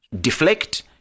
deflect